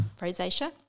rosacea